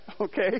okay